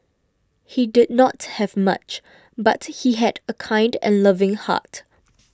he did not have much but he had a kind and loving heart